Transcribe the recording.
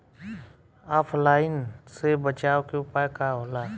ऑफलाइनसे बचाव के उपाय का होला?